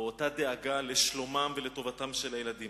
או הדאגה לשלומם ולטובתם של הילדים.